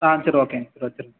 ஆ சரி ஓகேங்க சார் வச்சிடுங்க